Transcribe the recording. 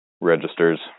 registers